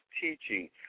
teaching